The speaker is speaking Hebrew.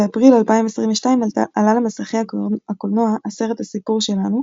באפריל 2022 עלה למסכי הקולנוע הסרט "הסיפור שלנו",